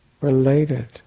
related